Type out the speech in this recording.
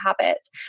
habits